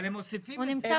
אבל הם מוסיפים את זה.